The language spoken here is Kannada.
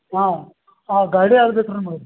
ಹಾಂ ಹಾಂ ಗಾಡಿ ಯಾವ್ದು ಬೇಕು ನೋಡಿ ರೀ